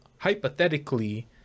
hypothetically